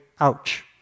ouch